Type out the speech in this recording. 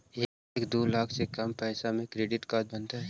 एक दू लाख से कम पैसा में क्रेडिट कार्ड बनतैय?